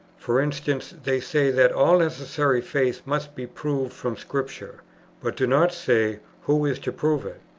for instance, they say that all necessary faith must be proved from scripture but do not say who is to prove it.